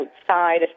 outside